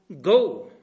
go